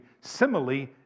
simile